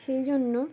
সেই জন্য